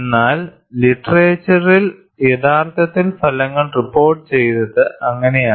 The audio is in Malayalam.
എന്നാൽ ലിറ്ററേച്ചറിൽ യഥാർത്ഥത്തിൽ ഫലങ്ങൾ റിപ്പോർട്ട് ചെയ്തത് അങ്ങനെയാണ്